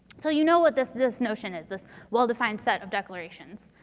so, you know what this this notion is. this well defined set of declarations.